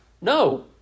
No